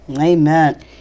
Amen